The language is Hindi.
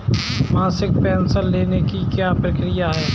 मासिक पेंशन लेने की क्या प्रक्रिया है?